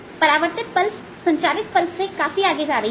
परावर्तित पल्स संचारित पल्स से काफी आगे जा रही है